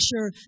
sure